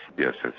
yes, yes